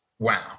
Wow